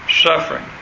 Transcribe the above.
suffering